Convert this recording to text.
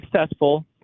successful